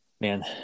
Man